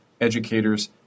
educators